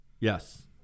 Yes